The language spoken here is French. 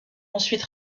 ensuite